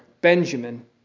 Benjamin